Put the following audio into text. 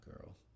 girl